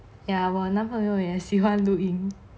ya 我男朋友也喜欢录音